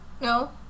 no